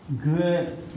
good